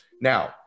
Now